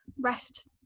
rest